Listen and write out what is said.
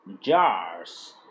Jars